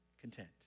content